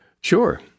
sure